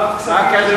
מה הקשר של זה